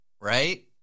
right